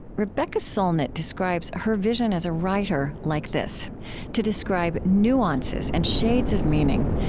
rebecca solnit describes her vision as a writer like this to describe nuances and shades of meaning,